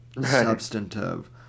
substantive